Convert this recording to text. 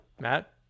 Matt